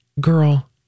Girl